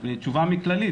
תשובה מכללית,